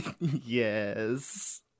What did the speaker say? Yes